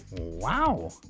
wow